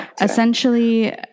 essentially